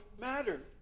mattered